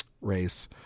race